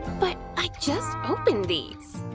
but i just opened these!